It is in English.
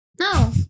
no